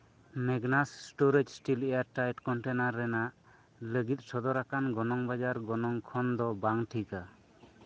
ᱢᱮᱜᱱᱟᱥ storage steel airtight container ᱨᱮᱱᱟᱜ ᱞᱟᱹᱜᱤᱫ ᱥᱚᱫᱚᱨ ᱟᱠᱟᱱ ᱜᱚᱱᱚᱝ ᱵᱟᱡᱟᱨ ᱜᱚᱱᱚᱝ ᱠᱷᱚᱱ ᱫᱚ ᱵᱟᱝ ᱴᱷᱤᱠᱟ